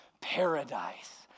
paradise